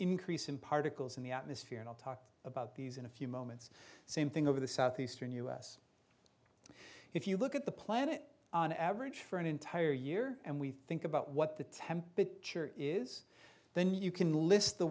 increase in particles in the atmosphere and i'll talk about these in a few moments same thing over the southeastern u s if you look at the planet on average for an entire year and we think about what the temperature is then you can list the